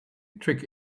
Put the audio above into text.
trick